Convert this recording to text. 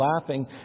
Laughing